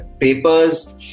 papers